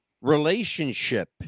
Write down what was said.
relationship